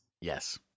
Yes